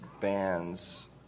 bands